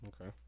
Okay